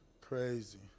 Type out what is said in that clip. crazy